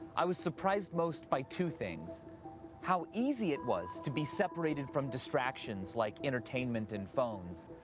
i was surprised most by two things how easy it was to be separated from distractions, like entertainment and phones,